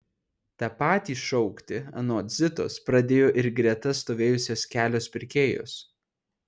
tą patį šaukti anot zitos pradėjo ir greta stovėjusios kelios pirkėjos